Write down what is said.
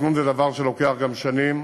ותכנון זה דבר שלוקח גם שנים,